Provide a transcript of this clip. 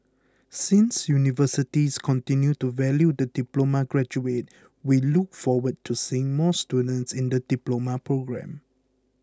since universities continue to value the diploma graduate we look forward to seeing more students in the Diploma programme